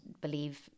believe